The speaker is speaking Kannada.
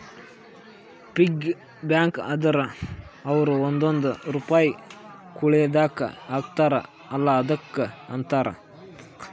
ಪಿಗ್ಗಿ ಬ್ಯಾಂಕ ಅಂದುರ್ ಅವ್ರು ಒಂದೊಂದ್ ರುಪೈ ಕುಳ್ಳಿದಾಗ ಹಾಕ್ತಾರ ಅಲ್ಲಾ ಅದುಕ್ಕ ಅಂತಾರ